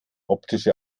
optische